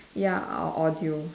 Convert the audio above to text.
ya or audio